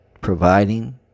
providing